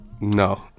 No